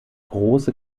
große